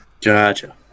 Gotcha